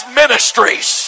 ministries